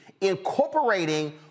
incorporating